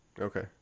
Okay